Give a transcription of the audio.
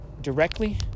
directly